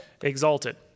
exalted